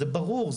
זה ברור.